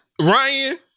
Ryan